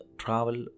travel